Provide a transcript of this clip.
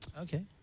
Okay